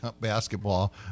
basketball